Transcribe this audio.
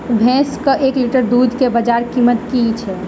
भैंसक एक लीटर दुध केँ बजार कीमत की छै?